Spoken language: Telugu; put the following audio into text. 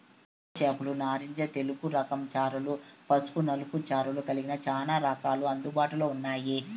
మెరైన్ చేపలు నారింజ తెలుపు రకం చారలు, పసుపు నలుపు చారలు కలిగిన చానా రకాలు అందుబాటులో ఉన్నాయి